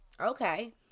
Okay